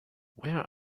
where